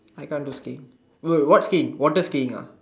I can't to stay will what stay water staying